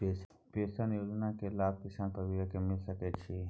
Pension योजना के लाभ किसान परिवार के मिल सके छिए?